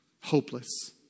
Hopeless